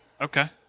Okay